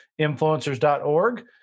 influencers.org